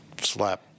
slap